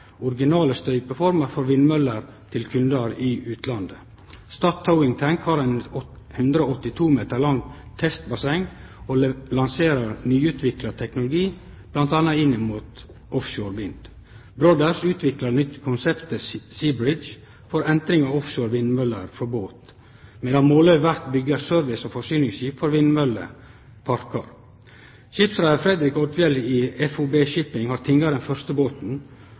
originale støypeformer for vindmøller til kundar i utlandet. Stadt Towing Tank har eit 182 meter langt testbasseng og lanserer nyutvikla teknologi bl.a. inn mot offshore vind. Brothers AS utviklar det nye konseptet Sea Bridge for entring av offshore vindmøller frå båt, medan Måløy Verft byggjer service- og forsyningsskip for vindmølleparkar. Skipsreiar Fredrik Odfjell i FOB Shipping har tinga den første båten